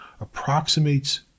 approximates